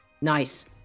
Nice